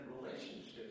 relationships